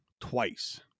Twice